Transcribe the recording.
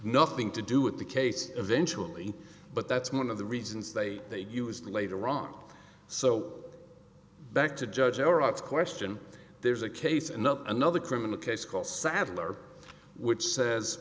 nothing to do with the case eventually but that's one of the reasons they used later on so back to judge iraq's question there's a case and not another criminal case call saddler which says